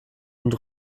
und